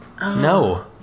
No